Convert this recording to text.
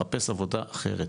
לחפש עבודה אחרת.